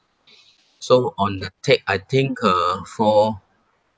so on the take I think uh for